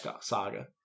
saga